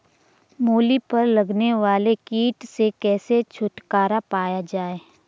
मूली पर लगने वाले कीट से कैसे छुटकारा पाया जाये?